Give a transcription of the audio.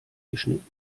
geschnitten